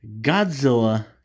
Godzilla